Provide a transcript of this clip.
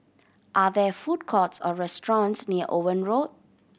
are there food courts or restaurants near Owen Road